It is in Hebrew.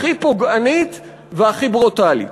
הכי פוגענית והכי ברוטלית,